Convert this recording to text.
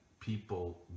people